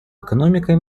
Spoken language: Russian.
экономикой